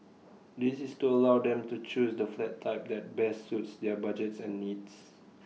this is to allow them to choose the flat type that best suits their budgets and needs